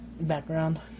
background